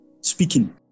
speaking